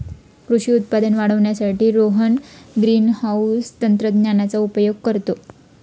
कृषी उत्पादन वाढवण्यासाठी रोहन ग्रीनहाउस तंत्रज्ञानाचा उपयोग करतो